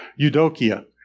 eudokia